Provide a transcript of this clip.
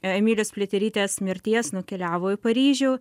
emilijos pliaterytės mirties nukeliavo į paryžių